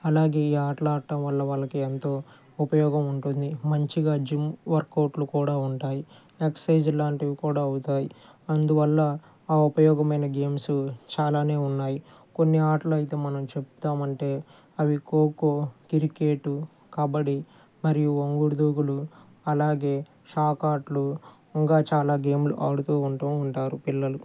అలాగే ఈ ఆటలు ఆడటం వల్ల వాళ్ళకి ఎంతో ఉపయోగం ఉంటుంది మంచిగా జిమ్ వర్కౌట్లు కూడా ఉంటాయి ఎక్సర్సైజ్ లాంటివి కూడా అవుతాయి అందువల్ల ఆ ఉపయోగమైన గేమ్స్ చాలానే ఉన్నాయి కొన్ని ఆటలు అయితే మనం చెప్తామంటే అవి కోకో క్రికెట్ కబడ్డీ మరియు వొంగుడు దూకుళ్ళు అలాగే షాక్ ఆటలు ఇంకా చాలా గేములు ఆడుతూ ఉంటూ ఉంటారు పిల్లలు